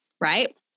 Right